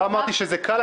לא אמרתי שזה קל.